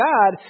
God